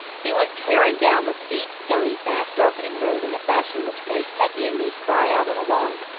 he went tearing down the steep, stony, fast-darkening road in a fashion which made peggy and me cry out in alarm.